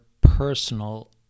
personal